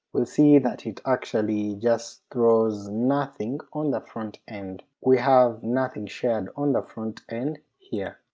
we'll see that it actually just throws nothing on the front end, we have nothing shared on the front end here.